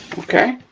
okay,